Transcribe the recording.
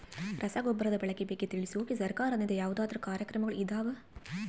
ರಸಗೊಬ್ಬರದ ಬಳಕೆ ಬಗ್ಗೆ ತಿಳಿಸೊಕೆ ಸರಕಾರದಿಂದ ಯಾವದಾದ್ರು ಕಾರ್ಯಕ್ರಮಗಳು ಇದಾವ?